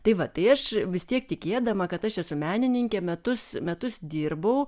tai va tai aš vis tiek tikėdama kad aš esu menininkė metus metus dirbau